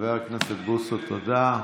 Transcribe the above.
חבר הכנסת בוסו, תודה.